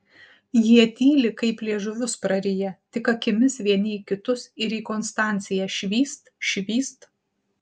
jie tyli kaip liežuvius prariję tik akimis vieni į kitus ir į konstanciją švyst švyst